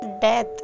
Death